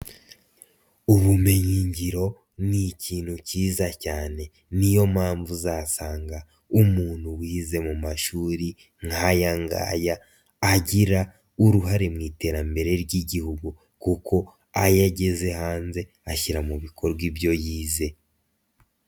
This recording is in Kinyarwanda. Ubumenyi ngiro ni ikintu cyiza cyane niyo mpamvu uzasanga umuntu wize mu mashuri nkayangaya agira uruhare mu iterambere ry'igihugu kuko aya ageze hanze ashyira mu bikorwa ibyo yize.